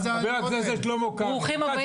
חבר הכנסת שלמה קרעי -- ברוכים הבאים,